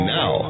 now